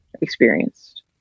experienced